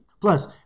Plus